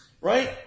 right